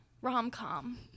rom-com